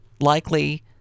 likely